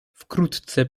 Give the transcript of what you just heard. wkrótce